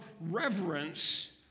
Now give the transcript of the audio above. reverence